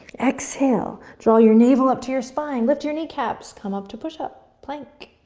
exhale, draw your navel up to your spine, lift your kneecaps, come up to push-up, plank.